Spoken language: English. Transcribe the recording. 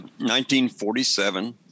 1947